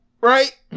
Right